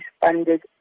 funded